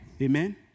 Amen